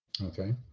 Okay